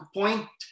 point